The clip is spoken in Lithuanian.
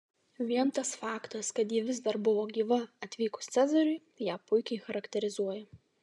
vien tas faktas kad ji vis dar buvo gyva atvykus cezariui ją puikiai charakterizuoja